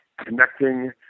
connecting